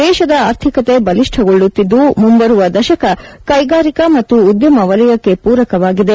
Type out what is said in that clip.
ದೇಶದ ಆರ್ಧಿಕತೆ ಬಲಿಷ್ಠಗೊಳ್ಳುತ್ತಿದ್ದು ಮುಂಬರುವ ದಶಕ ಕೈಗಾರಿಕಾ ಮತ್ತು ಉದ್ದಮ ವಲಯಕ್ಕೆ ಪೂರಕವಾಗಿದೆ